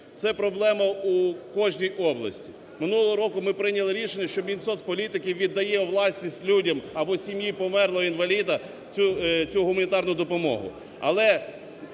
це проблема у кожній області. Минулого року ми прийняли рішення, що Мінсоцполітики віддає у власність людям або сім'ї померлого інваліда цю гуманітарну допомогу.